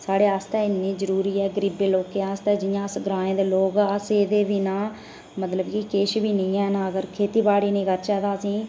साढ़े आस्तै इन्नी जरूरी ऐ गरीबें लोकें आस्तै जियां अस ग्राएं दे लोक आं अस एह्दे बिना मतलब कि किश बी नेईं हैन अगर खेतीबाड़ी नेईं करचै तां असेंगी